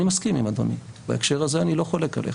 אני מסכים עם אדוני, בהקשר הזה אני לא חולק עליך,